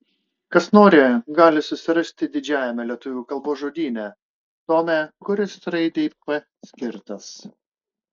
kas nori gali susirasti didžiajame lietuvių kalbos žodyne tome kuris raidei p skirtas